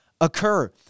occur